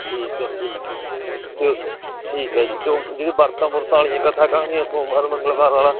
ਠੀਕ ਹੈ ਠੀਕ ਹੈ ਤ ਠੀਕ ਹੈ ਜੀ ਜਿਹੜੇ ਵਰਤਾਂ ਵੁਰਤਾਂ ਵਾਲੀਆਂ ਕਥਾ ਕਹਾਣੀਆਂ ਸੋਮਵਾਰ ਮੰਗਲਵਾਰ ਵਾਲਾ